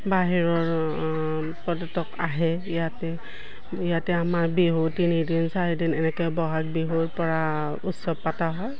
বাহিৰৰ পৰ্যটক আহে ইয়াতে ইয়াতে আমাৰ বিহু তিনিদিন চাৰিদিন এনেকে বহাগ বিহুৰ পৰা উৎসৱ পাতা হয়